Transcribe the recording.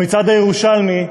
במצעד הירושלמי,